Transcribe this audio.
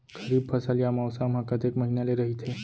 खरीफ फसल या मौसम हा कतेक महिना ले रहिथे?